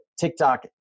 TikTok